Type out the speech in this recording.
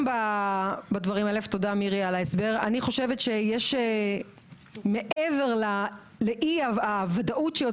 אמרתי שכשאתה נותן לקבוע מדיניות ומביא